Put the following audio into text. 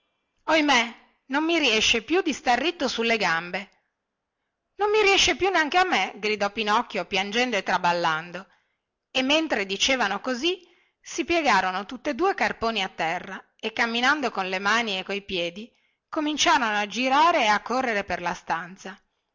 ohimè non mi riesce più di star ritto sulle gambe non mi riesce più neanche a me gridò pinocchio piangendo e traballando e mentre dicevano così si piegarono tutte due carponi a terra e camminando con le mani e coi piedi cominciarono a girare e a correre per la stanza